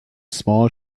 small